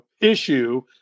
issue